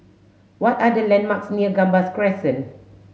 what are the landmarks near Gambas Crescent